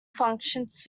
functions